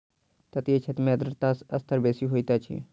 तटीय क्षेत्र में आर्द्रता स्तर बेसी होइत अछि